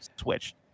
Switch